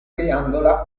ghiandola